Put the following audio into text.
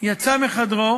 יצא מחדרו,